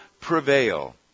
prevail